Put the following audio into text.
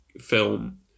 film